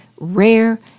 rare